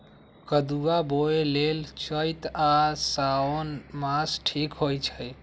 कदुआ बोए लेल चइत आ साओन मास ठीक होई छइ